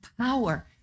power